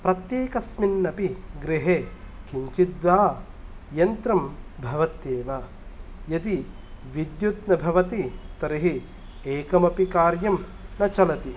प्रत्येकस्मिन् अपि गृहे किञ्चिद् वा यन्त्रं भवत्येव यदि विद्युत् न भवति तर्हि एकमपि कार्यं न चलति